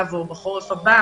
עכשיו או בחורף הבא